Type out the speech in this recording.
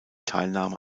teilnahme